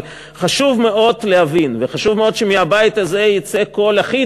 אבל חשוב מאוד להבין וחשוב מאוד שמהבית הזה יצא קול אחיד,